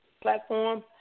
platform